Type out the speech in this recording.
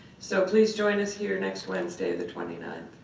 so please join us here next wednesday, the twenty ninth,